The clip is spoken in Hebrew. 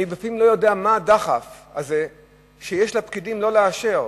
אני לפעמים לא יודע מה הדחף הזה שיש לפקידים לא לאשר,